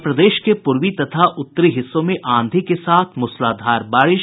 और प्रदेश के पूर्वी तथा उत्तरी हिस्सों में आंधी के साथ मूसलाधार बारिश